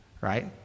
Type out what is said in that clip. right